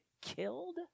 killed